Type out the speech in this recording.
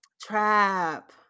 Trap